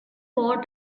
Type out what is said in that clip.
water